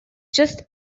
just